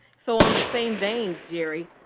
so on the same vein, jerry,